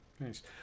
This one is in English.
nice